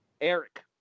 Eric